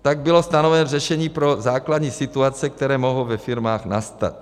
Tak bylo stanoveno řešení pro základní situace, které mohou ve firmách nastat.